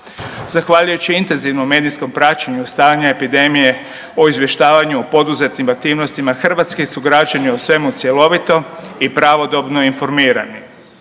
Zahvaljujući intenzivnom medijskom praćenju stanja epidemije o izvještavanju o poduzetim aktivnostima hrvatski su građani o svemu cjelovito i pravodobno informirani.